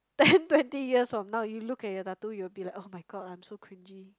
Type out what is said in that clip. ten twenty years from now you look at your tattoo you'll be like !ugh! my god I'm so cringey